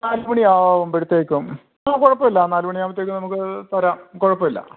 നാലുമണി ആവുമ്പോഴത്തേക്കും ആ കുഴപ്പമില്ല നാല് മണിയാവുമ്പത്തേക്കും നമുക്ക് അത് വരാം കുഴപ്പം ഇല്ല